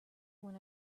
when